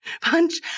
punch